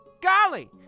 Golly